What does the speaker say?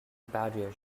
barrier